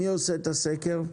מי עושה את הסקר?